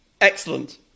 excellent